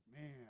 man